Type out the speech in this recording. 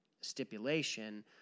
stipulation